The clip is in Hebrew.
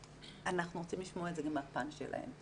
ואנחנו רוצים לשמוע את זה מהפן שלהם.